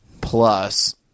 plus